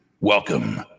Welcome